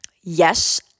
Yes